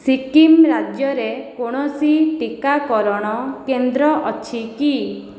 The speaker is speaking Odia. ସିକିମ୍ ରାଜ୍ୟରେ କୌଣସି ଟିକାକରଣ କେନ୍ଦ୍ର ଅଛି କି